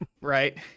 right